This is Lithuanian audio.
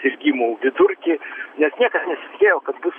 susirgimų vidurkį nes niekad nesitikėjo kad bus